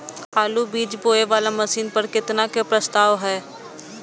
आलु बीज बोये वाला मशीन पर केतना के प्रस्ताव हय?